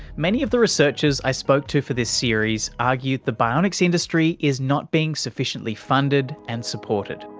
many of the researchers i spoke to for this series argue the bionics industry is not being sufficiently funded and supported.